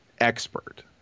expert